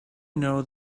know